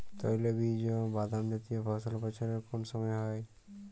তৈলবীজ ও বাদামজাতীয় ফসল বছরের কোন সময় হয়?